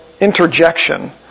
interjection